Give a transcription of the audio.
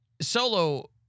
solo